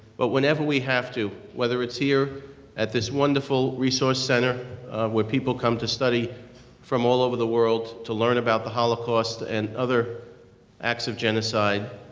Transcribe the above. but whenever we have to. weather it's here at this wonderful resource center where people come to study from all over the world, to learn about the holocaust and other acts of genocide.